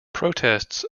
protests